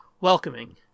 welcoming